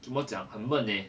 怎么讲很闷 eh